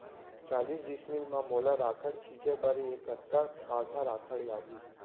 चालीस डिसमिल म मोला राखड़ छिंचे बर हे कतका काठा राखड़ लागही?